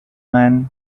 men